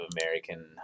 American